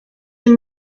and